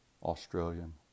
Australian